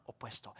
opuesto